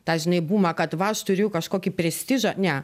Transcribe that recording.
tą žinai bumą kad va aš turiu kažkokį prestižą ne